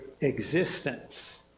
existence